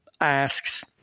asks